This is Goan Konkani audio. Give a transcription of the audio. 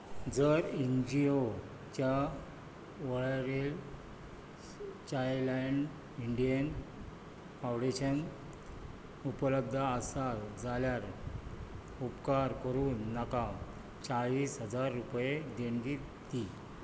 जर एन जी ओच्या वळेरेंत चायल्डलायन इंडिया फाउंडेशन उपलब्ध आसा जाल्यार उपकार करून ताका चाळीस हजार रुपया देणगी दी